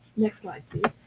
next slide, please.